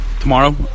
Tomorrow